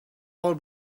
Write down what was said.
all